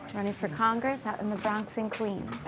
running for congress out in the bronx and queens.